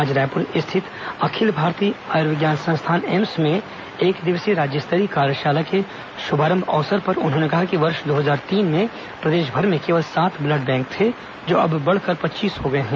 आज रायपुर स्थित अखिल भारतीय आयुर्विज्ञान संस्थान एम्स में एकदिवसीय राज्य स्तरीय कार्यशाला के शुभारंभ अवसर पर उन्होंने कहा कि वर्ष दो हजार तीन में प्रदेशभर में केवल सात ब्लड बैंक थे जो अब बढ़कर पच्चीस हो गए हैं